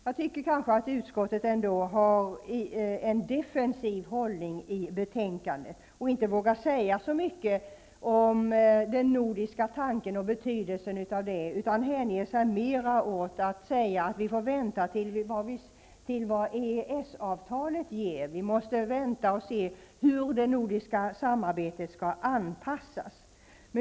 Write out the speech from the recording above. Jag tycker kanske att utskottet i betänkandet har en defensiv hållning och inte vågar säga så mycket om den nordiska tanken och betydelsen av den. Man ägnar sig mer åt att säga att vi får vänta och se vad EES-avtalet ger, vi måste vänta och se hur det nordiska samarbetet skall anpassas.